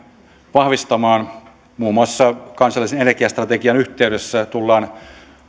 vahvistamaan muun muassa kansallisen energiastrategian yhteydessä tullaan